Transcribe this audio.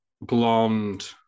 Blonde